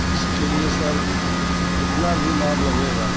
اس کے لیے سر کتنا دن اور لگے گا